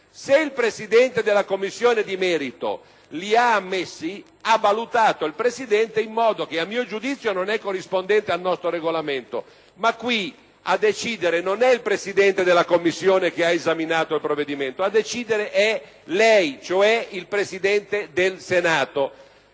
Se il Presidente della Commissione di merito li ha ammessi, ha valutato in modo che, a mio giudizio, non è corrispondente al nostro Regolamento, ma qui a decidere non è il Presidente della Commissione che ha esaminato il provvedimento, ma lei, cioè il Presidente del Senato.